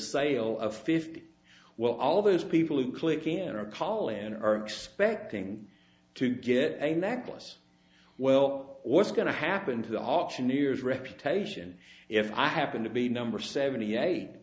sale of fifty well all those people who click in or call in are expecting to get a necklace well what's going to happen to the auctioneer's reputation if i happen to be number seventy eight